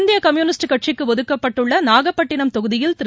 இந்திய கம்யூனிஸ்ட் கட்சிக்கு ஒதுக்கப்பட்டுள்ள நாகப்பட்டினம் தொகுதியில் திரு